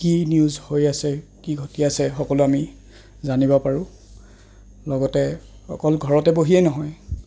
কি নিউজ হৈ আছে কি ঘটি আছে সকলো আমি জানিব পাৰোঁ লগতে অকল ঘৰতে বহিয়েই নহয়